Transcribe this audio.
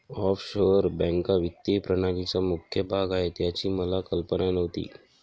offshore बँका वित्तीय प्रणालीचा मुख्य भाग आहेत याची मला कल्पना नव्हती